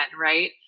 right